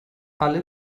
alle